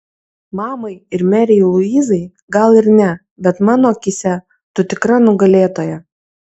mamai ir merei luizai gal ir ne bet mano akyse tu tikra nugalėtoja